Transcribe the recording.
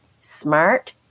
smart